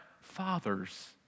fathers